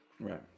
right